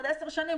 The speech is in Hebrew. בעוד עשר שנים,